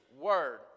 word